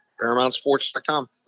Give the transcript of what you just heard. ParamountSports.com